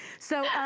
so,